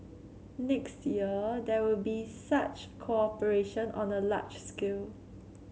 next year there will be such cooperation on a large scale